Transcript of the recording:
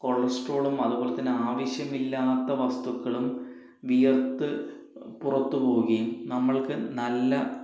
കൊളസ്ട്രോളും അതുപോലെ തന്നെ ആവശ്യമില്ലാത്ത വസ്തുക്കളും വിയർത്ത് പുറത്തു പോവുകയും നമ്മൾക്ക് നല്ല